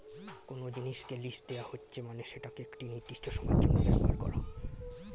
কোনো জিনিসকে লীজ দেওয়া হচ্ছে মানে সেটাকে একটি নির্দিষ্ট সময়ের জন্য ব্যবহার করা